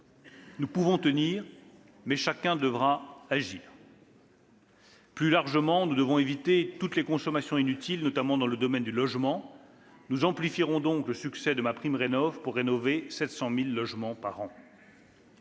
Nous pouvons tenir, mais chacun devra agir. « Plus largement, nous devons éviter toutes les consommations inutiles, notamment dans le domaine du logement. Nous amplifierons donc le succès de MaPrimeRenov', pour rénover 700 000 logements par an.